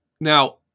Now